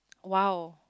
!wow!